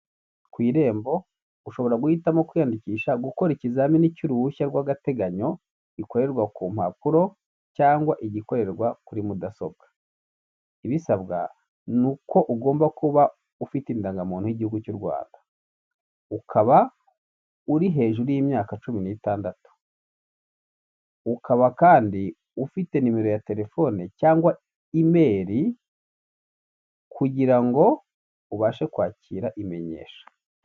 Ku irembo ushobora guhitamo kwiyandikisha gukora ikizamini cy'uruhushya rw'gateganyo ikorerwa ku mpapuro, cyangwa igikorerwa kuri mudasobwa, ibisabwa ni uko ugomba kuba ufite indangamuntu y'igihugu cy'u Rwanda, ukaba uri hejuru y'imyaka cumi n'itandatu, ukaba kandi ufite nimero ya telefoni, cyangwa imeri, kugira ngo ubashe kwakira imenyesha.